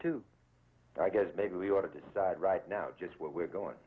too i guess maybe we ought to decide right now just what we're going